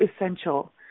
essential